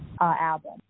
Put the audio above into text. album